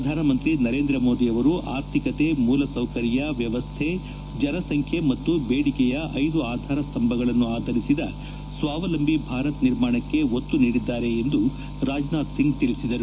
ಪ್ರಧಾನಮಂತ್ರಿ ನರೇಂದ್ರ ಮೋದಿ ಅವರು ಆರ್ಥಿಕತೆ ಮೂಲಸೌಕರ್ಯ ವ್ಯವಸ್ಥೆ ಜನಸಂಖ್ಯೆ ಮತ್ತು ಬೇಡಿಕೆಯ ಐದು ಆಧಾರಸ್ಥಂಬಗಳನ್ನು ಆಧರಿಸಿದ ಸ್ವಾವಲಂಬಿ ಭಾರತ ನಿರ್ಮಾಣಕ್ಕೆ ಒತ್ತು ನೀಡಿದ್ದಾರೆ ಎಂದು ರಾಜನಾಥ್ ಸಿಂಗ್ ತಿಳಿಸಿದರು